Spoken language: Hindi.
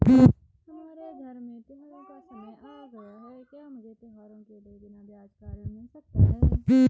हमारे धर्म में त्योंहारो का समय आ गया है क्या मुझे त्योहारों के लिए बिना ब्याज का ऋण मिल सकता है?